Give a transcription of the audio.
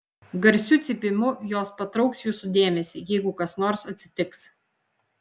garsiu cypimu jos patrauks jūsų dėmesį jeigu kas nors atsitiks